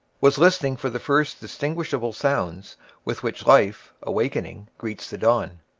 was listening for the first distinguishable sounds with which life, awakening, greets the dawn,